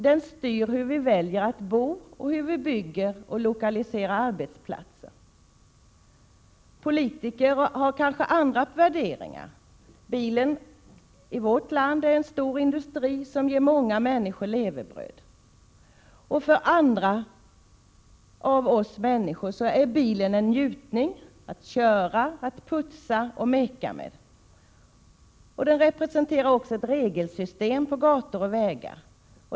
Den styr hur vi väljer att bo och hur vi bygger och lokaliserar arbetsplatser. Politiker har kanske andra värderingar. Bilen är i vårt land en stor industri som ger många människor levebröd. För andra av oss människor är bilen en njutning — att köra, att putsa och att meka med. Den representerar också ett regelsystem på gator och vägar.